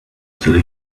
still